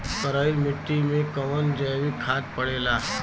करइल मिट्टी में कवन जैविक खाद पड़ेला?